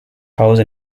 house